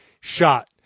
shot